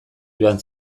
joan